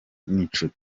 n’inshuti